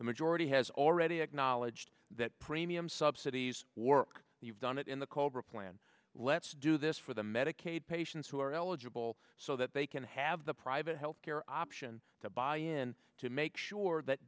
majority has already acknowledged that premium subsidies work you've done it in the cobra plan let's do this for the medicaid patients who are eligible so that they can have the private health care option to buy in to make sure that